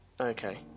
Okay